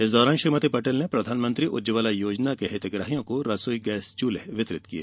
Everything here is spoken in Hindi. इस दौरान श्रीमती पटेल ने प्रधानमंत्री उज्जवला योजना के हितग्राहियों को रसोई गैस चूल्हे वितरित किये